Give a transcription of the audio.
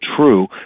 true